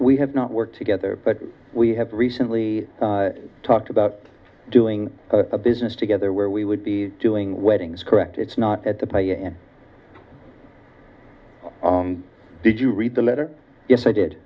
we have not worked together but we have recently talked about doing a business together where we would be doing weddings correct it's not at the pay and did you read the letter yes i did